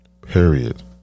Period